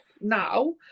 now